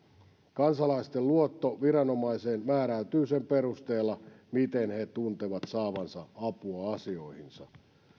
kansalaisten luotto viranomaiseen määräytyy sen perusteella miten he tuntevat saavansa apua asioihinsa